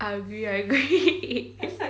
I agree I agree